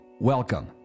Welcome